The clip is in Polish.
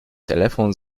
telefon